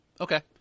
Okay